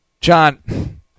John